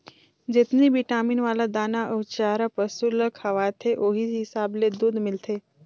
जेतनी बिटामिन वाला दाना अउ चारा पसु ल खवाथे ओहि हिसाब ले दूद मिलथे